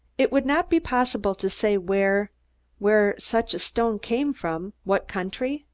it would not be possible to say where where such a stone came from what country?